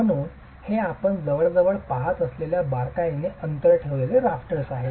म्हणूनच हे आपण जवळजवळ पहात असलेल्या बारकाईने अंतर ठेवलेले राफ्टर्स आहेत